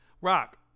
Rock